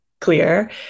clear